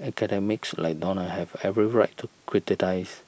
academics like Donald have every right to criticise